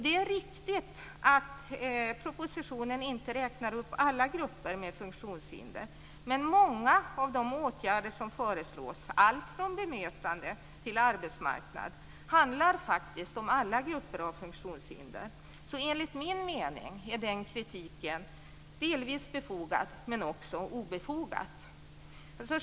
Det är riktigt att man i propositionen inte räknar upp alla grupper med funktionshinder, men många av de åtgärder som föreslås - allt från bemötande till arbetsmarknad - handlar faktiskt om alla grupper av funktionshindrade. Enligt min mening är alltså den kritiken delvis befogad, delvis obefogad.